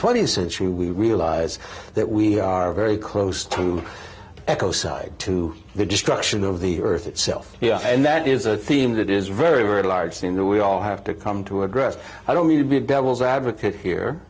th century we realize that we are very close to eco side to the destruction of the earth itself yeah and that is a theme that is very very large seem to we all have to come to address i don't mean to be devil's advocate here